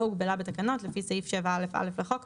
הוגבלה בתקנות לפי סעיף 7א(א) לחוק,